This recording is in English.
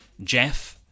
Jeff